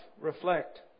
reflect